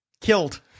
killed